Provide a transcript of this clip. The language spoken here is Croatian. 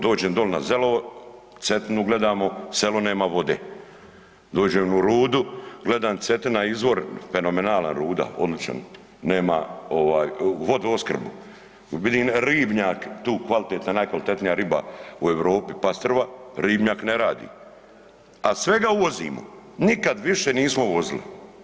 Dođem doli na selo, Cetinu gledamo, selo nema vode, dođem u Rudu gledam Cetina izvor fenomenalna Ruda odličan nema ovaj vodoopskrbu vidim ribnjak tu kvalitetna najkvalitetnija riba u Europi, pastrva, ribnjak ne radi, a svega uvozimo, nikad više nismo uvozili.